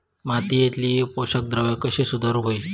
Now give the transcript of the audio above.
मातीयेतली पोषकद्रव्या कशी सुधारुक होई?